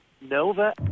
Nova